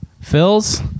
Phil's